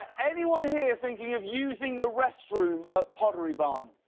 anyone here thinking of using the restroom at pottery barn?